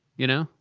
you know?